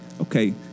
okay